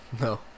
No